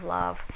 love